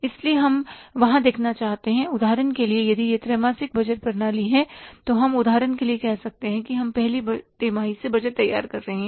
इसलिए हम वहां देखना पसंद करते हैं उदाहरण के लिए यदि यह एक त्रैमासिक बजट प्रणाली है तो हम उदाहरण के लिए कह सकते हैं हम पहली तिमाही से बजट तैयार कर रहे हैं